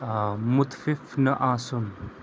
آ مُتفِف نہٕ آسُن